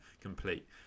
complete